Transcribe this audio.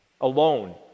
alone